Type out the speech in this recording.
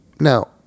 Now